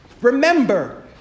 Remember